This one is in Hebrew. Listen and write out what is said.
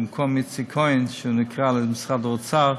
במקום איציק כהן שנקרא למשרד האוצר,